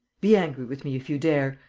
be angry with me, if you dare.